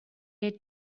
had